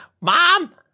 mom